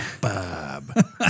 Bob